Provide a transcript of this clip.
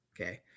okay